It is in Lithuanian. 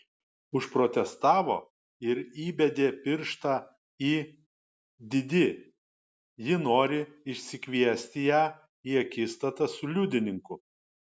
užprotestavo ir įbedė pirštą į didi ji nori išsikviesti ją į akistatą su liudininku